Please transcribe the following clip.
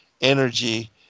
energy